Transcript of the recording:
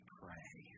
pray